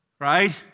right